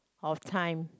of time